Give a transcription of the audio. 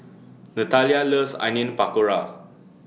Nathalia loves Onion Pakora